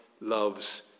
loves